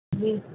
जी